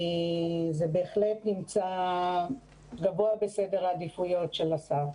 זה בהחלט נמצא גבוה בסדר העדיפויות של השר.